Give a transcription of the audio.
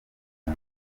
ati